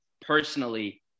personally